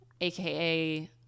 AKA